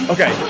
Okay